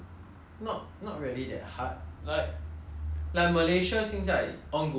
like Malaysia 现在 ongoi~ 现在新加坡 ongoing 一个 Malaysia 也 ongoing 一个